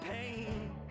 pain